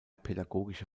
pädagogische